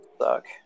suck